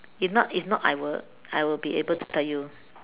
if not if not I will I will be able to tell you